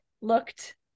looked